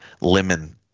lemon